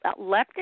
leptin